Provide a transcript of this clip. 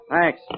Thanks